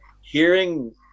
hearing